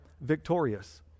victorious